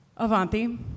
Avanti